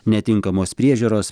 netinkamos priežiūros